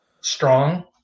strong